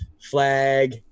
flag